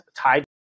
tied